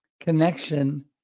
connection